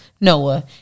Noah